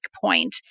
point